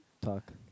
talk